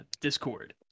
discord